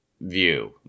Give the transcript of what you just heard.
view